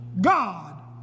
God